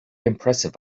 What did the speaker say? impressive